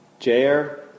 Jair